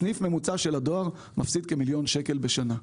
סניף ממוצע של הדואר מפסיד כמיליון שקלים בשנה.